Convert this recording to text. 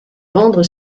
vendre